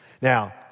Now